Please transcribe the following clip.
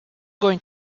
going